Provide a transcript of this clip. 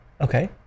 Okay